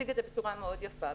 הציג את זה בצורה מאוד יפה.